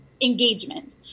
engagement